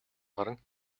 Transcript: гаран